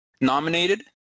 nominated